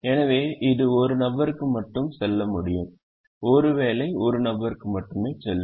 எனவே இது ஒரு நபருக்கு மட்டுமே செல்ல முடியும் ஒரு வேலை ஒரு நபருக்கு மட்டுமே செல்லும்